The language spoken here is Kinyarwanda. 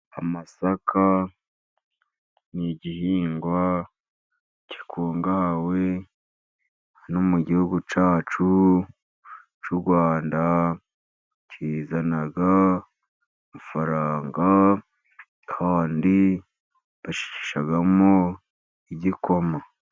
Amasaka ni igihingwa gikungahawe hano mu gihugu cyacu cy'u Rwanda, kizana amafaranga kandi bashigishamo igikoma.